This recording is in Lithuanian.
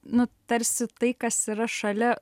nu tarsi tai kas yra šalia